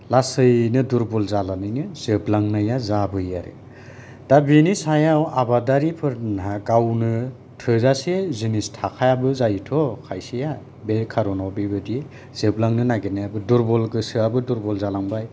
लासैनो दुरबल जालांनानैनो जोबलांनाया जाबोयो आरो दा बिनि सायाव आबादारिफोरना गावनो थोजासे जिनिस थाजायाबो जायोथ ' खायसेया बे खारनाव बेबादि जोबलांनो नागेरनायाबो दुरबल गोसोआबो दुरबल जालांबाय